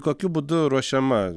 kokiu būdu ruošiama